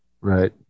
Right